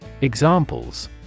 Examples